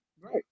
Right